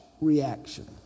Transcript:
reaction